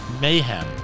mayhem